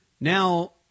Now